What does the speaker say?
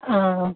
ஆ